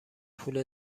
پول